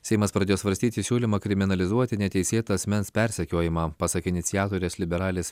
seimas pradėjo svarstyti siūlymą kriminalizuoti neteisėtą asmens persekiojimą pasak iniciatorės liberalės